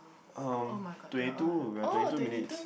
um twenty two we are twenty two minutes